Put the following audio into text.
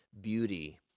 beauty